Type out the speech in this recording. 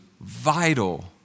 vital